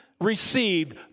received